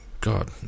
God